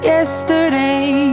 Yesterday